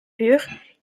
pures